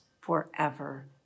forever